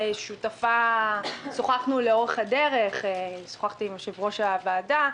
שוחחתי עם יושב ראש הוועדה,